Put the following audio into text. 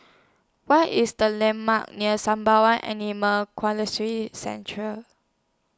What IS The landmarks near Sembawang Animal Central